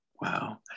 Wow